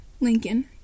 Lincoln